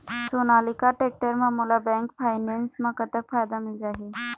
Sonalika tractor म मोला bank finance म कतक फायदा मिल जाही?